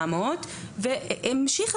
בחוק הזה יש מנגנונים שמבטיחים לך ולכולנו שיישוב שהוא